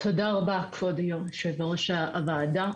תודה רבה, כבוד יושב ראש הוועדה.